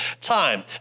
time